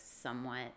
somewhat